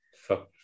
Fuck